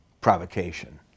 provocation